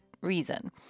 reason